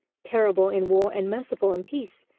terrible in war and merciful in peace,